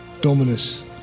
Dominus